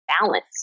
balance